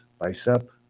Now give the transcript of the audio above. bicep